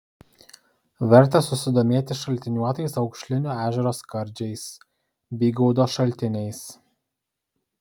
verta susidomėti šaltiniuotais aukšlinio ežero skardžiais bygaudo šaltiniais